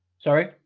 Sorry